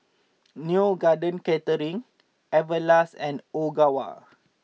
Neo Garden Catering Everlast and Ogawa